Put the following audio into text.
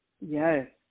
Yes